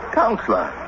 counselor